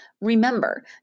Remember